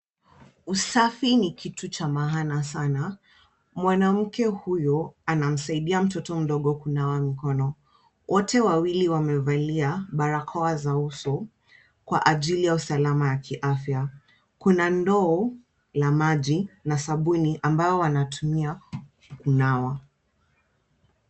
Usafi ni kitu cha maana sana, mwanamke huyo anamsaidia mtoto mdogo kunawa mkono. Wote wawili wamevalia barakoa za uso kwa ajili ya usalama ya kiafya. Kuna ndoo la maji na sabuni mbalo wanatumia kunawa.